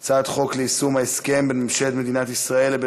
החוק ליישום ההסכם בין ממשלת מדינת ישראל לבין